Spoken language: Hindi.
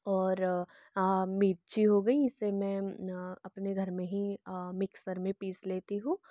और मिर्ची हो गई इसे मैं अपने घर में ही मिक्सर में पीस लेती हूँ